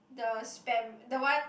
the spam the one